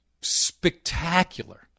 spectacular